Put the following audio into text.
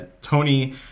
Tony